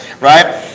right